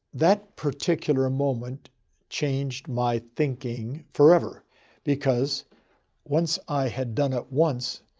that particular moment changed my thinking forever because once i had done it once,